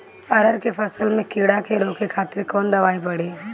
अरहर के फसल में कीड़ा के रोके खातिर कौन दवाई पड़ी?